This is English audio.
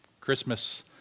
Christmas